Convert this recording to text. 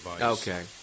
okay